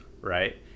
right